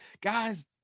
Guys